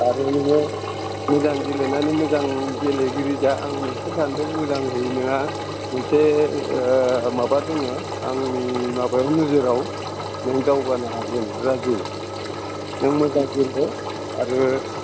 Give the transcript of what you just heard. आरो नोङो मोजां गेलेनानै मोजां गेलेगिरि जा आं नोंखो सान्दों मोजाङै नोंहा मोनसे माबा दोङो आंनि माबायाव नोजोराव नों दावगानो हागोन राजु नों मोजां गेले आरो